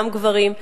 גם גברים.